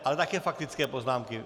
Ale také faktické poznámky?